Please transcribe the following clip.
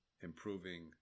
improving